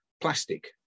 plastic